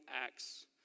acts